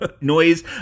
noise